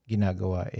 Ginagawa